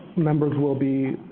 members will be